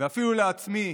ואפילו לעצמי